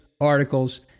articles